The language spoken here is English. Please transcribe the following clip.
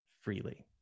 freely